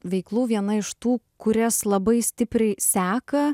veiklų viena iš tų kurias labai stipriai seka